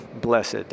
blessed